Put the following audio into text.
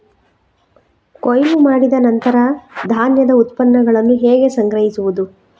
ಕೊಯ್ಲು ಮಾಡಿದ ನಂತರ ಧಾನ್ಯದ ಉತ್ಪನ್ನಗಳನ್ನು ಹೇಗೆ ಸಂಗ್ರಹಿಸುವುದು?